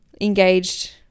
engaged